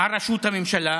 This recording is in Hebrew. על רשות הממשלה,